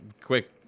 quick